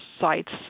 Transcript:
sites